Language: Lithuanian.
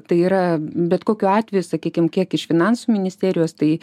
tai yra bet kokiu atveju sakykim kiek iš finansų ministerijos tai